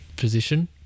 position